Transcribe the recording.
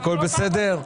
הכול בסדר?